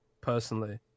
personally